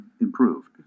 improved